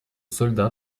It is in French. solda